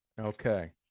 Okay